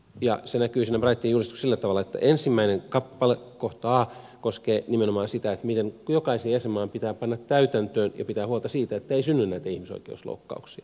ja se näkyy siinä brightonin julistuksessa sillä tavalla että ensimmäinen kappale kohta a koskee nimenomaan sitä miten jokaisen jäsenmaan pitää panna täytäntöön ja pitää huolta siitä että ei synny näitä ihmisoikeusloukkauksia